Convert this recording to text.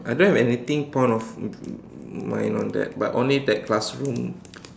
I don't have anything point of mind on that but only that classroom